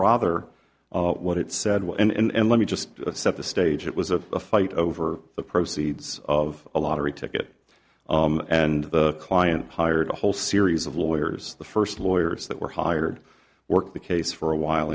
rather what it said were and let me just set the stage it was a fight over the proceeds of a lottery ticket and the client hired a whole series of lawyers the first lawyers that were hired worked the case for a while